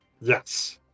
Yes